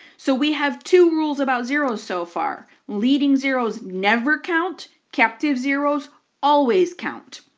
so we have two rules about zeroes so far, leading zeroes never count captive zeroes always count.